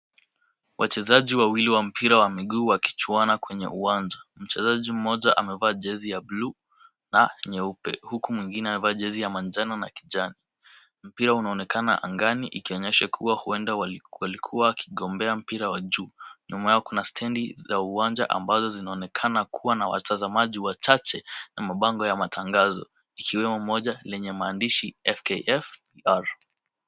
Wachezaji wawili wa mpira wa miguu wakichuana kwenye uwanja. Mchezaji mmoja amevaa jezi ya bluu na nyeupe huku mwingine amevaa jezi ya manjano na kijani. Mpira unaonekana angani ikionyesha kuwa huenda walikuwa wakigombea mpira wa juu. Nyuma yao kuna stendi za uwanja ambazo zinaonekana kuwa na watazamaji wachache na mabango ya matangazo ikiwemo moja lenye maandishi FKF R .